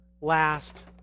last